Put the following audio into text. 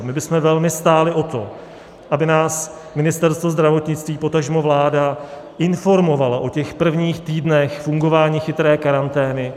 My bychom velmi stáli o to, aby nás Ministerstvo zdravotnictví, potažmo vláda, informovalo o těch prvních týdnech fungování chytré karantény.